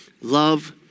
love